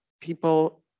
people